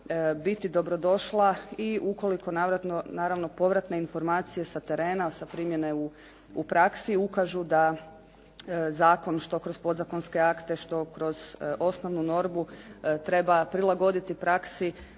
biti dobrodošla i ukoliko naravno povratne informacije sa terena, sa primjene u praksi ukažu da zakon što kroz podzakonske akte, što kroz osnovnu normu treba prilagoditi praksi.